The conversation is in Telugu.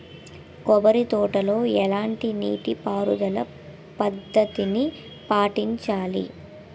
కొబ్బరి తోటలో ఎలాంటి నీటి పారుదల పద్ధతిని పాటించాలి?